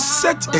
set